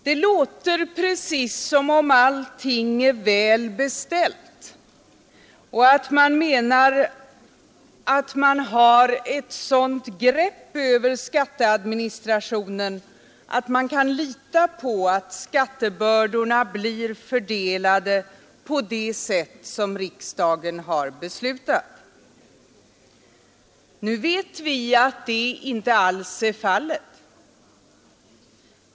Det låter precis som om allting är väl beställt och att man menar att man har ett sådant grepp över skatteadministrationen att vi kan lita på att skattebördorna blir fördelade på det sätt som riksdagen har beslutat. Nu vet vi att det inte alls är fallet.